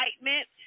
excitement